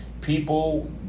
people